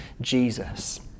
Jesus